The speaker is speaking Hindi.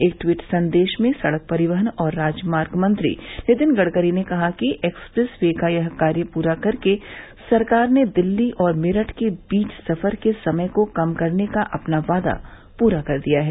एक ट्वीट संदेश में सड़क परिवहन और राजमार्ग मंत्री नितिन गडकरी ने कहा है कि एक्सप्रेस वे का कार्य पूरा करके सरकार ने दिल्ली और मेरठ के बीच सफर के समय को कम करने का अपना वादा पूरा कर दिया है